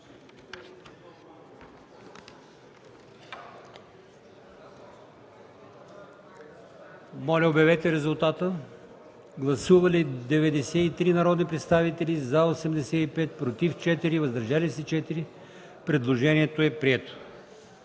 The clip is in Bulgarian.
подкрепен от комисията. Гласували 90 народни представители: за 83, против 3, въздържали се 4. Предложението е прието.